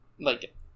like-